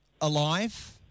alive